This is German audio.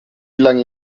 lange